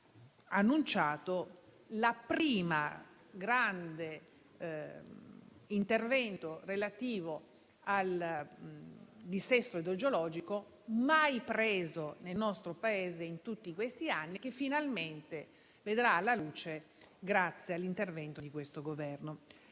annunciato il primo grande intervento relativo al dissesto idrogeologico mai preso nel nostro Paese in tutti questi anni e che finalmente vedrà la luce grazie all'intervento di questo Governo.